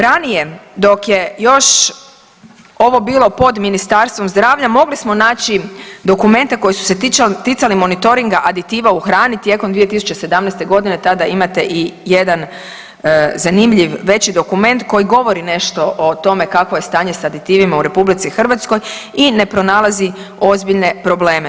Ranije dok je još ovo bilo pod Ministarstvom zdravlja mogli smo naći dokumente koji su se ticali monitoringa aditiva u hrani tijekom 2017. godine tada imate i jedan zanimljiv veći dokument koji govori nešto o tome kakvo je stanje sa aditivima u RH i ne pronalazi ozbiljne probleme.